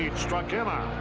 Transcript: struck him out.